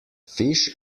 fish